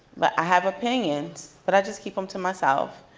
but i have opinions, but i just keep em to myself.